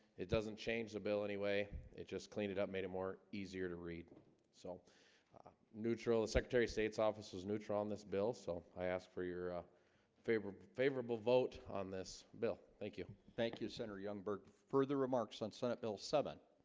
it doesn't change the bill anyway it just cleaned it up made it more easier to read so neutral the secretary of state's office was neutral on this bill so i asked for your ah favorable favorable vote on this bill. thank you. thank you senator young bert further remarks on senate bill seven